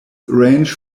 range